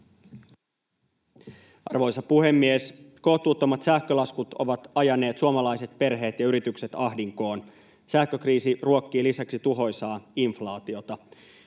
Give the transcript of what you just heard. Arvoisa puhemies! Kohtuuttomat sähkölaskut ovat ajaneet suomalaiset perheet ja yritykset ahdinkoon. Sähkökriisi ruokkii lisäksi tuhoisaa inflaatiota.